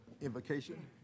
invocation